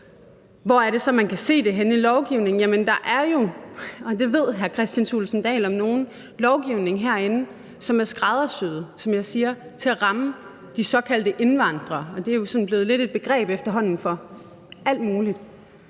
Hvor er det så, man kan se det henne i lovgivningen? Der er jo, og det ved hr. Kristian Thulesen Dahl om nogen, lovgivning herinde, som er skræddersyet, som jeg siger, til at ramme de såkaldte indvandrere. Det er jo sådan lidt blevet et begreb for alt muligt.